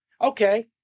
Okay